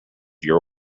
your